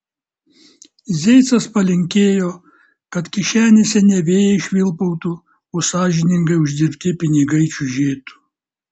zeicas palinkėjo kad kišenėse ne vėjai švilpautų o sąžiningai uždirbti pinigai čiužėtų